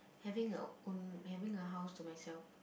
having a own having a house to myself